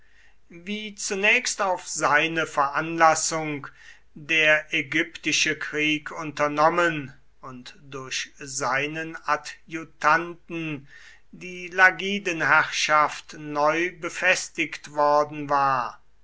wie zunächst auf seine veranlassung der ägyptische krieg unternommen und durch seinen adjutanten die lagidenherrschaft neu befestigt worden war